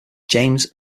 james